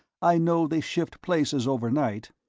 i know they shift places overnight.